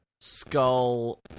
skull